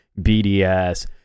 BDS